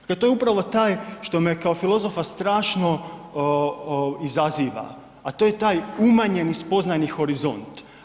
Dakle, to je upravo taj što me kao filozofa strašno izaziva, a to je taj umanjeni spoznajni horizont.